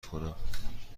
کنم